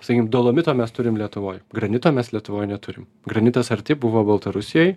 sakykim dolomito mes turim lietuvoj granito mes lietuvoj neturim granitas arti buvo baltarusijoj